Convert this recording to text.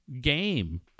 game